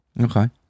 Okay